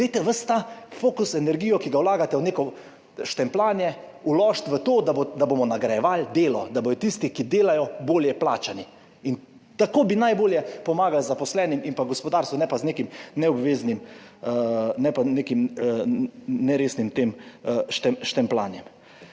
Dajte ves ta fokus, energijo, ki ga vlagate v neko štempljanje, vložiti v to, da bomo nagrajevali delo, da bodo tisti, ki delajo, bolje plačani. Tako bi najbolje pomagali zaposlenim in pa gospodarstvu, ne pa z nekim neobveznim, ne pa nekim neresnim tem štempljanjem.